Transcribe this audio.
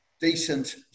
decent